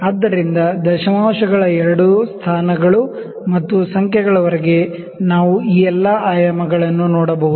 ಆದ್ದರಿಂದ ದಶಮಾಂಶಗಳ ಎರಡು ಸ್ಥಾನಗಳು ಮತ್ತು ಸಂಖ್ಯೆಗಳವರೆಗೆ ನಾವು ಈ ಎಲ್ಲಾ ಡೈಮೆನ್ಶನ್ ನೋಡಬಹುದು